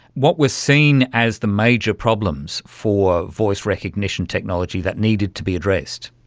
what was seen as the major problems for voice recognition technology that needed to be addressed?